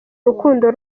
urukundo